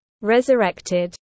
resurrected